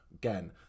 Again